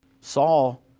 Saul